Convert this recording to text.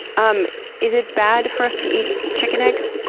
um is it bad for us to eat chicken eggs?